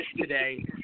today